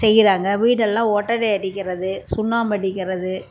செய்கிறாங்க வீட்டெல்லாம் ஒட்டடை அடிக்கிறது சுண்ணாம்பு அடிக்கிறது